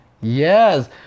Yes